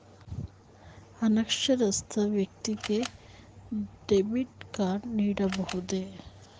ಅನಕ್ಷರಸ್ಥ ವ್ಯಕ್ತಿಗೆ debit card ನೀಡಬಹುದೇ?